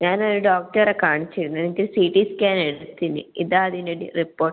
ഞാൻ ഒരു ഡോക്ടറെ കാണിച്ചിരുന്നു എനിക്ക് സി ടി സ്കാൻ എടുത്തിരുന്നു ഇതാ അതിൻ്റെ റിപ്പോട്ട്